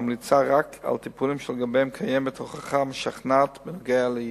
וממליצה רק על טיפולים שקיימת הוכחה משכנעת בנוגע ליעילותם.